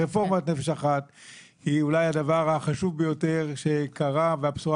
רפורמת נפש אחת היא אולי הדבר החשוב ביותר שקרה והבשורה